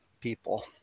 people